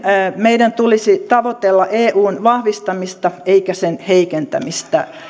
meidän tulisi tavoitella eun vahvistamista eikä sen heikentämistä